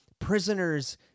prisoners